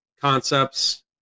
concepts